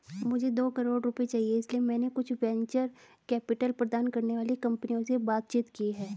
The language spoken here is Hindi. मुझे दो करोड़ रुपए चाहिए इसलिए मैंने कुछ वेंचर कैपिटल प्रदान करने वाली कंपनियों से बातचीत की है